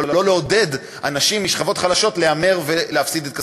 לא לעודד אנשים משכבות חלשות להמר ולהפסיד את כספם.